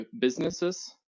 businesses